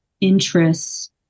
interests